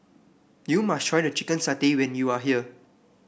you must try the Chicken Satay when you are here